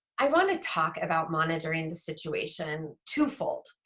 i want to talk about monitoring the situation twofold